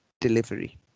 delivery